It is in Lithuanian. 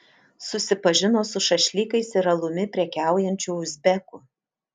susipažino su šašlykais ir alumi prekiaujančiu uzbeku